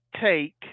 take